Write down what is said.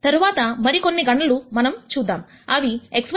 తర్వాత మరికొన్ని గణనలు మనం చూద్దాం అవి x1 1 x2 2